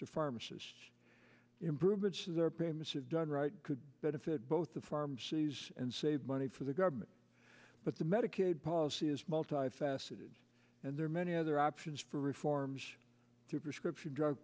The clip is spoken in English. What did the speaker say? to pharmacists improvements to their payments if done right could benefit both the farm sees and save money for the government but the medicaid policy is multi faceted and there are many other options for reforms to prescription drug